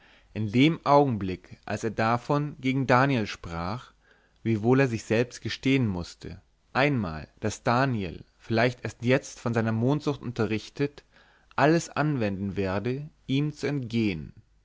in dem augenblick als er davon gegen daniel sprach wiewohl er sich selbst gestehen mußte einmal daß daniel vielleicht erst jetzt von seiner mondsucht unterrichtet alles anwenden werde ihm zu entgehen